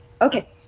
Okay